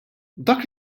dak